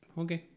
okay